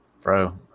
Bro